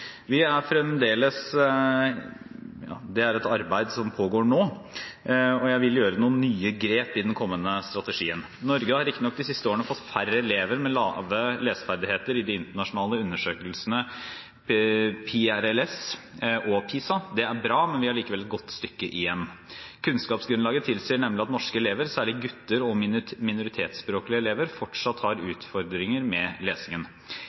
er et arbeid som pågår nå, og jeg vil gjøre noen nye grep i den kommende strategien. Norge har riktignok de siste årene fått færre elever med lave leseferdigheter i de internasjonale undersøkelsene PIRLS og PISA. Det er bra, men vi har likevel et godt stykke igjen. Kunnskapsgrunnlaget tilsier nemlig at norske elever, særlig gutter og minoritetsspråklige elever, fortsatt har utfordringer med lesingen.